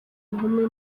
nkumi